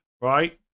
right